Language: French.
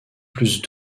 plus